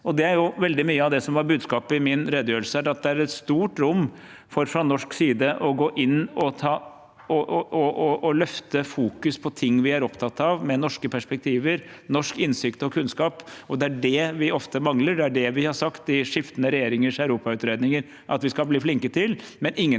Veldig mye av det som var budskapet i min redegjørelse, er at det er et stort rom for fra norsk side å gå inn og sette fokus på det vi er opptatt av – norske perspektiver, norsk innsikt og kunnskap, og det er det vi ofte mangler. Det vi har sagt i skiftende regjeringers europautredninger at vi skal bli flinke til, men som ingen av oss